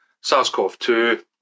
SARS-CoV-2